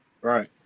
Right